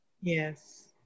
Yes